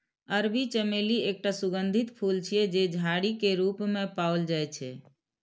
अरबी चमेली एकटा सुगंधित फूल छियै, जे झाड़ी के रूप मे पाओल जाइ छै